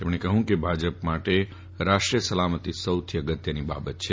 તેમણે કહ્યું કે ભાજપ માટે રાષ્ટ્રીય સલામતિ સૌથી અગત્યની બાબત છે